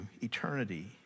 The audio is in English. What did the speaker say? eternity